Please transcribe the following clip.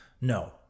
No